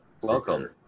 Welcome